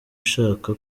ishaka